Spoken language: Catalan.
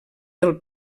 del